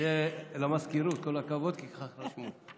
למזכירות כל הכבוד, כי כך רשמו.